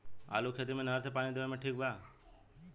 आलू के खेती मे नहर से पानी देवे मे ठीक बा?